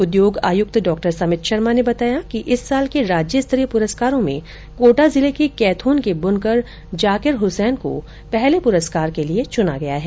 उद्योग आयुक्त डॉक्टर सभित शर्मा ने बताया कि इस साल के राज्यस्तरीय पुरस्कारो में कोटा जिले के कैथून के ब्नकर जाकिर हुसेन को पहले पुरस्कार के लिये चुना गया है